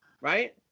right